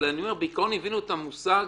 אבל בעיקרון הבינו את המושג